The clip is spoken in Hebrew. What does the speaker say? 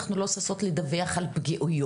אנחנו לא ששות לדווח על פגיעות שנעשו לנו.